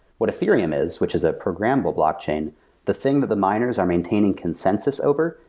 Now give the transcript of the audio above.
what ethereum is, which is a programmable blockchain, the thing that the miners are maintaining consensus over,